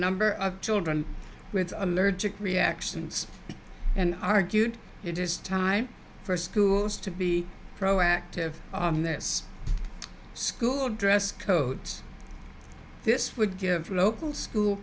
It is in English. number of children with allergic reactions and argued it is time for schools to be proactive in this school dress codes this would give local school